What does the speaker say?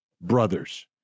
brothers